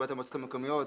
פקודת המועצות המקומיות,